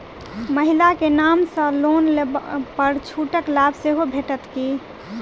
महिला केँ नाम सँ लोन लेबऽ पर छुटक लाभ सेहो भेटत की?